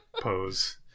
pose